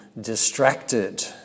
distracted